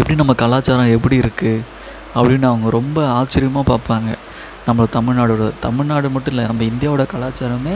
எப்படி நம்ம கலாச்சாரம் எப்படி இருக்குது அப்படின்னு அவங்க ரொம்ப ஆச்சரியமாக பார்ப்பாங்க நம்ம தமிழ்நாட்டோட தமிழ்நாடு மட்டும் இல்லை நம்ம இந்தியாவோட கலாச்சாரமே